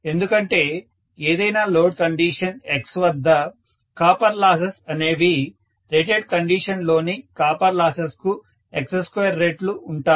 ఎందుకంటే ఏదైనా load condition x వద్ద కాపర్ లాసెస్ అనేవి రేటెడ్ కండీషన్ లోని కాపర్ లాసెస్ కు x2 రెట్లు ఉంటాయి